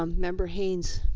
um member haynes.